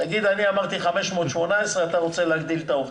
תגיד שאני אמרתי 518 ואתה רוצה להגדיל את מספר העובדים.